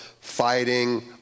fighting